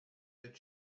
that